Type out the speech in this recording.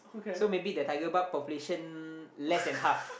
so maybe the tiger barb population less than half